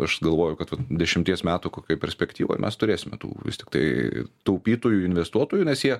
aš galvoju kad vat dešimties metų kokioj perspektyvoj mes turėsime tų vis tiktai taupytojų investuotojų nes jie